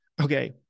okay